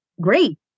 great